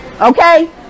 Okay